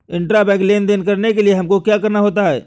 Intrabank लेन देन करने के लिए हमको क्या करना होता है?